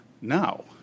now